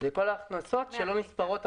זה כל ההכנסות שלא נספרות,